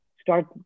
start